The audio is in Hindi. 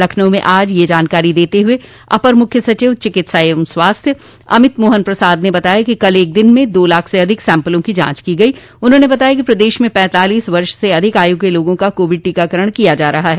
लखनऊ में आज यह जानकारी देते हुए अपर मुख्य सचिव चिकित्सा एवं स्वास्थ्य अमित मोहन प्रसाद ने बताया कि कल एक दिन में दो लाख से अधिक सैम्पल की जांच की गयी उन्होंने बताया कि प्रदेश में पैंतालीस वर्ष से अधिक आयु के लोगों का कोविड टीकाकरण किया जा रहा है